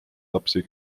lapsi